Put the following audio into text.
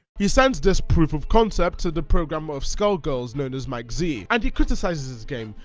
he sends this proof of concept? to the programmer of skullgirls, known as mike z. and he criticises his game,